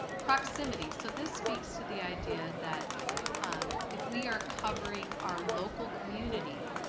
proximity. so this speaks to the idea that if we are covering our local community,